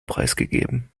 preisgegeben